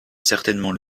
certainement